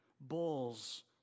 bulls